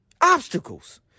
obstacles